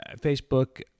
Facebook